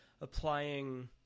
applying